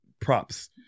Props